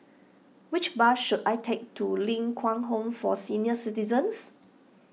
which bus should I take to Ling Kwang Home for Senior Citizens